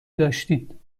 داشتید